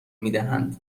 میدهند